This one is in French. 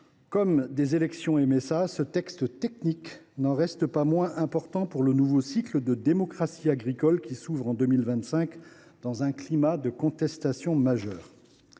comme des élections à la MSA, ce texte technique est important pour le nouveau cycle de démocratie agricole qui s’ouvre en 2025, dans un climat de contestations majeures.